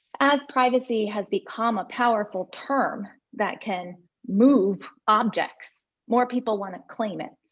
as privacy has become a powerful term that can move objects, more people want to claim it.